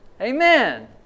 Amen